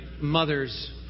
mother's